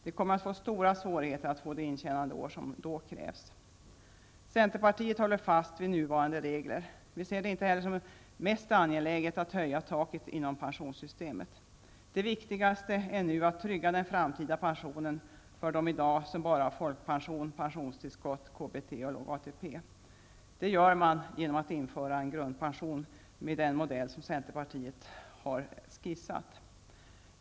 De kommer att få stora svårigheter att få de intjänandeår som då krävs. Centerpartiet håller fast vid nuvarande regler. Vi ser det inte heller som mest angeläget att höja taket inom pensionssystemet. Det viktigaste nu är att trygga den framtida pensionen för dem som i dag bara har folkpension, pensionstillskott, KBT och låg ATP, och det gör man genom att införa en grundpension enligt den modell som centerpartiet har skisserat.